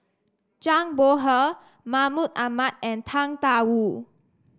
Zhang Bohe Mahmud Ahmad and Tang Da Wu